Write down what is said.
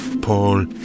Paul